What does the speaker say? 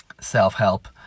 self-help